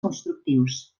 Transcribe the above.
constructius